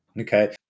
Okay